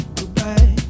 goodbye